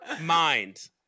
mind